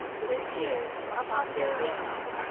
with fear upon their wings,